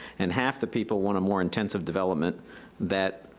and half the people want a more intensive development that